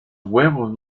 huevos